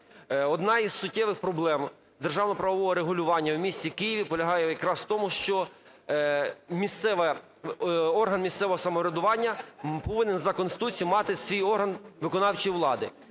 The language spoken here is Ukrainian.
Одна із суттєвих проблем державно-правового регулювання в місті Києві полягає якраз в тому, що місцева, орган місцевого самоврядування повинен за Конституцією мати свій орган виконавчої влади.